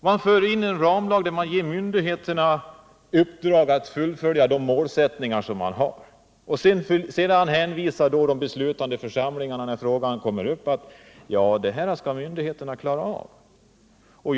Genom en ramlagstiftning får myndigheterna i uppdrag att fullfölja riksdagens målsättning. När sedan frågor som berörs av ramlagstiftningen tas upp till behandling hänvisar de beslutande församlingarna till att detta är frågor som myndigheterna skall klara av.